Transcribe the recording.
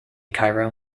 cairo